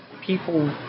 people